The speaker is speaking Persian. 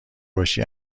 باشی